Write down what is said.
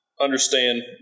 understand